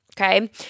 okay